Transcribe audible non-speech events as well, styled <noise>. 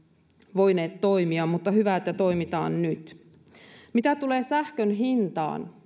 voineet toimia mutta hyvä että toimitaan nyt mitä tulee sähkön hintaan <unintelligible>